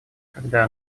когда